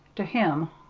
to him,